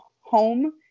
home